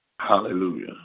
Hallelujah